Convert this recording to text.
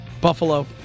Buffalo